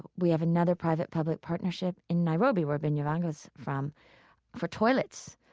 we have another private-public partnership in nairobi where binyavanga is from for toilets.